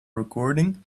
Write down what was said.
recording